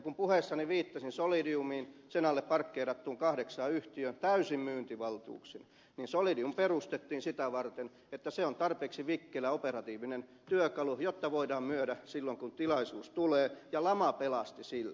kun puheessani viittasin solidiumiin sen alle parkkeerattuihin kahdeksaan yhtiöön täysin myyntivaltuuksin niin solidium perustettiin sitä varten että se on tarpeeksi vikkelä operatiivinen työkalu jotta voidaan myydä silloin kun tilaisuus tulee ja lama pelasti siltä